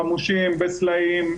חמושים בסלעים,